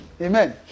Amen